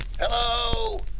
Hello